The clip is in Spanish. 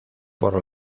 por